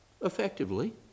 effectively